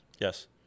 Yes